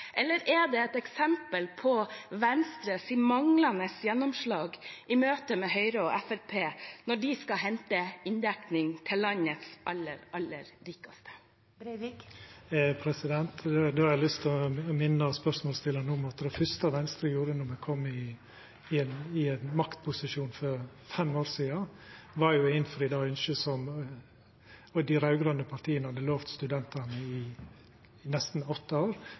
eller er det et eksempel på Venstres manglende gjennomslag i møte med Høyre og Fremskrittspartiet når de skal hente inndekning til landets aller, aller rikeste? Då har eg lyst å minna spørsmålsstillaren om at det fyrste Venstre gjorde då me kom i maktposisjon for fem år sidan, var å innfri det ynsket som dei raud-grøne partia hadde lovt studentane i nesten åtte år,